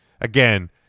again